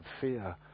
fear